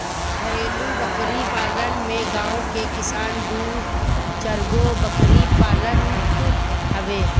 घरेलु बकरी पालन में गांव के किसान दू चारगो बकरी पालत हवे